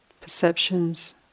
perceptions